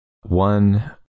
one